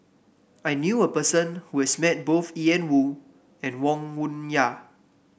I knew a person who has met both Ian Woo and Wong Yoon Wah